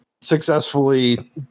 successfully